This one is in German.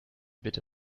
bitte